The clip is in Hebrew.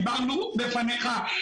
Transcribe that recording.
דיברנו בפניך,